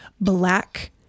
black